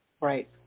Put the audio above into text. Right